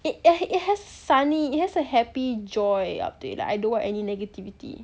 it it has sunny it has a happy joy up to it I don't want any negativity